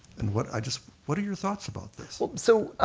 and what i just, what are your thoughts about this? well so,